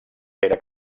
pere